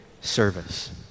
service